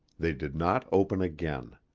they did not open again.